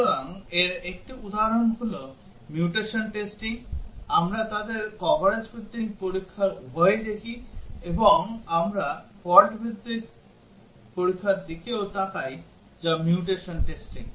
সুতরাং এর একটি উদাহরণ হল মিউটেশন টেস্টিং আমরা তাদের কভারেজ ভিত্তিক পরীক্ষার উভয়ই দেখি এবং আমরা ফল্ট ভিত্তিক পরীক্ষার দিকেও তাকাই যা মিউটেশন টেস্টিং